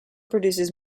produces